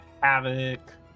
Havoc